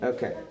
Okay